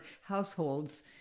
households